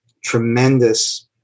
tremendous